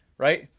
right,